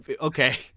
okay